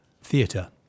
Theatre